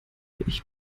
ich